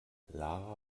lara